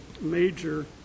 major